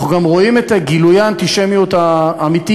אנחנו גם רואים את גילויי האנטישמיות האמיתיים.